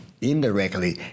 indirectly